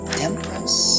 temperance